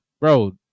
Bro